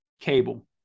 Cable